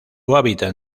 hábitat